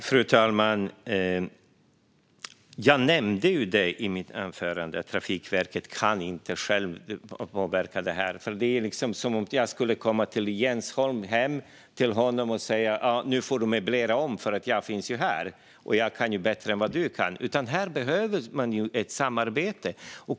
Fru talman! Jag nämnde i mitt anförande att Trafikverket inte kan påverka detta självt. Det vore som om jag kom hem till Jens Holm och sa: Nu får du möblera om eftersom jag är här. Jag kan det här bättre än du kan. Här behövs ett samarbete.